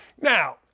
Now